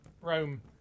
Rome